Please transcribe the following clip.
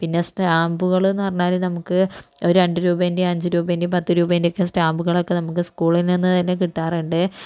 പിന്നെ സ്റ്റാമ്പുകൾ എന്നു പറഞ്ഞാൽ നമുക്ക് ഒരു രണ്ട് രൂപേൻ്റെ അഞ്ച് രൂപേൻ്റെയും പത്ത് രൂപേൻ്റെയൊക്കെ സ്റ്റാമ്പുകളൊക്കെ നമുക്ക് സ്കൂളിൽ നിന്നു തന്നെ കിട്ടാറുണ്ട്